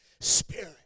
Spirit